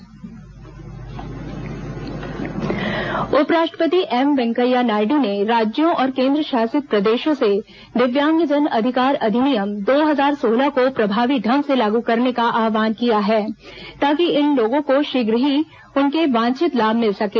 अंतर्राष्ट्रीय दिव्यांगजन दिवस उपराष्ट्रपति एम वेंकैया नायडू ने राज्यों और केन्द्रशासित प्रदेशों से दिव्यांगजन अधिकार अधिनियम दो हजार सोलह को प्रभावी ढंग से लागू करने का आहवान किया है ताकि इन लोगों को शीघ्र ही उसके वांछित लाभ मिल सकें